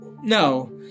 No